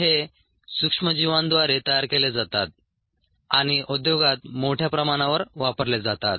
हे सूक्ष्मजीवांद्वारे तयार केले जातात आणि उद्योगात मोठ्या प्रमाणावर वापरले जातात